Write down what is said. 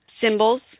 symbols